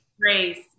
Grace